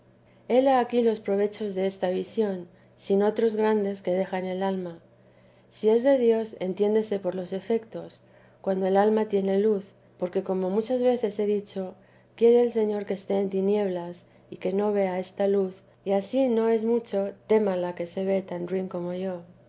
he aquí los provechos desta visión sin otrus grandes que deja en el alma si es de dios entiéndese por los efectos cuando el alma tiene luz porque como muchas veces he dicho quiere el señor que esté en tinieblas y que no vea esta luz y ansí no es mucho tema la que se ve tan ruin como yo